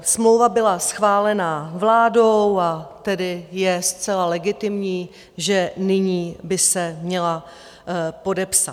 Smlouva byla schválená vládou, a tedy je zcela legitimní, že nyní by se měla podepsat.